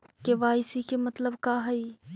KYC के मतलब का हई?